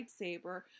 lightsaber